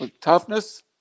toughness